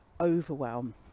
overwhelm